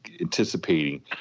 anticipating